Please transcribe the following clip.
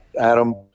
Adam